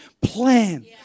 plan